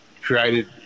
created